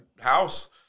house –